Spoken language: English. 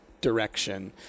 direction